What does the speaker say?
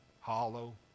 hollow